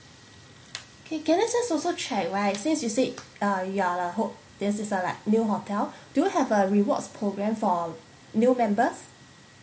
okay can I just also check right since you said uh you are the ho~ this is a like new hotel do you have a rewards program for new members